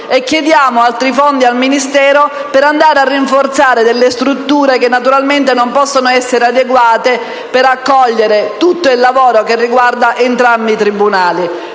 chiediamo altri fondi al Ministero per andare a rinforzare delle strutture che naturalmente non possono essere adeguate per accogliere tutto il lavoro che riguarda entrambi i tribunali.